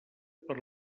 per